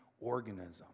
organism